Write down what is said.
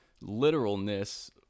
literalness